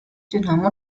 dynamo